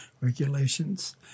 regulations